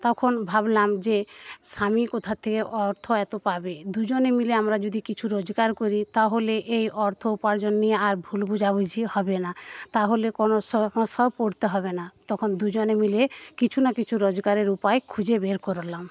তখন ভাবলাম যে স্বামী কোথা থেকে অর্থ এত পাবে দুজনে মিলে আমরা যদি কিছু রোজগার করি তাহলে এই অর্থ উপার্জন নিয়ে আর ভুল বোঝাবুঝি হবে না তাহলে কোনো সমস্যায়েও পড়তে হবে না তখন দুজনে মিলে কিছু না কিছু রোজগারের উপায় খুঁজে বের করলাম